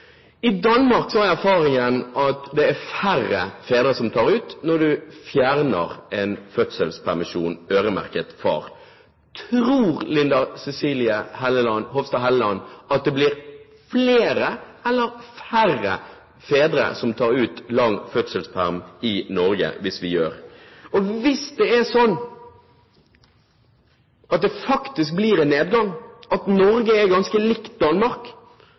i Danmark er at det er færre fedre som tar ut permisjon når en fjerner en fødselspermisjon øremerket far. Tror Linda C. Hofstad Helleland at det blir flere eller færre fedre som tar ut lang fødselspermisjon i Norge hvis vi gjør det slik? Hvis det faktisk blir en nedgang, for Norge er ganske likt Danmark